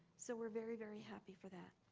so we're very very happy for that.